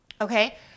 okay